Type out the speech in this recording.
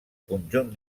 conjunt